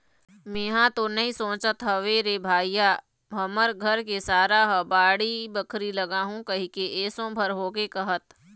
मेंहा तो नइ सोचत हव रे भइया हमर घर के सारा ह बाड़ी बखरी लगाहूँ कहिके एसो भर होगे कहत